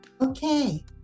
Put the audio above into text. okay